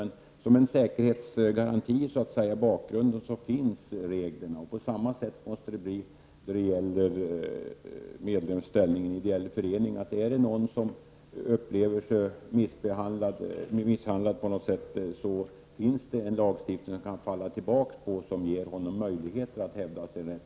Men reglerna finns i bakgrunden som en säkerhetsgaranti. Det måste bli på samma sätt när det gäller medlemmens ställning i en ideell förening. Om någon upplever att han har blivit misshandlad finns det en lagstiftning som han kan falla tillbaka på och som ger honom möjligheter att hävda sin rätt.